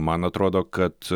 man atrodo kad